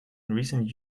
recent